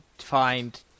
Find